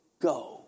go